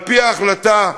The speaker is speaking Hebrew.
על-פי ההחלטה,